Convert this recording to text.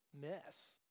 mess